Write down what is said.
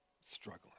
struggling